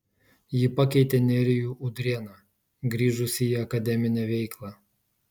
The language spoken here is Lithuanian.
ji pakeitė nerijų udrėną grįžusį į akademinę veiklą